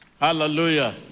Hallelujah